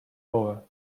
over